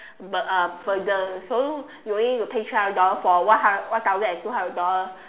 bur~ uh burden so you only need to pay three hundred dollar for one hundred one thousand and two hundred dollar